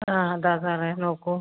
ആ അതാ സാറേ നോക്കു